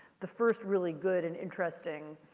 the first really good and interesting